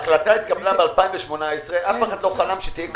ההחלטה התקבלה ב-2018 ואף אחד לא חלם שתהיה קורונה.